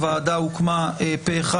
הוועדה הוקמה פה אחד.